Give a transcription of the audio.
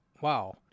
wow